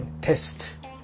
test